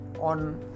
on